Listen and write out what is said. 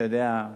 אתה יודע,